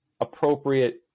appropriate